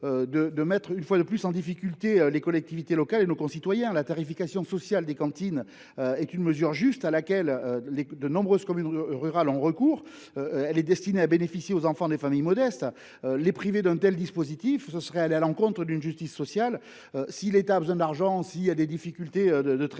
de mettre une fois de plus en difficulté les collectivités locales et nos concitoyens ! La tarification sociale des cantines est une mesure juste, à laquelle de nombreuses communes rurales ont recours, et elle est destinée à bénéficier aux enfants des familles modestes. Les priver d’un tel dispositif serait aller à l’encontre de la justice sociale. Si l’État a besoin d’argent, s’il connaît des difficultés de trésorerie,